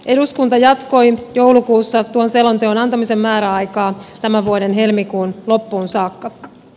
eduskunta jatkoi joulukuussa tuon selonteon antamisen määräaikaa tämän vuoden helmikuun loppuun saakka